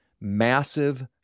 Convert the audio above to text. massive